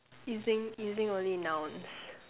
using using only nouns